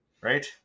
right